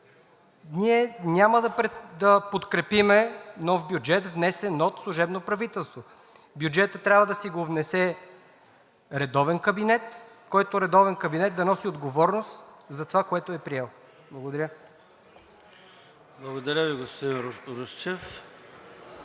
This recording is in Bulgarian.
Ние няма да подкрепим нов бюджет, внесен от служебно правителство. Бюджетът трябва да си го внесе редовен кабинет, който редовен кабинет да носи отговорност за това, което е приел. Благодаря. ПРЕДСЕДАТЕЛ ЙОРДАН